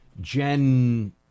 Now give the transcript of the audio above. Gen